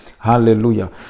hallelujah